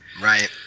Right